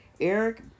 Eric